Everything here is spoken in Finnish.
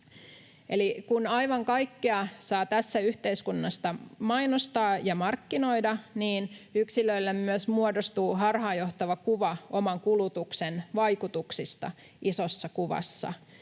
kun aivan kaikkea saa tässä yhteiskunnassa mainostaa ja markkinoida, niin yksilöille myös muodostuu harhaanjohtava kuva oman kulutuksen vaikutuksista isossa kuvassa.